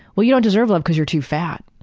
well you don't deserve love cause you're too fat.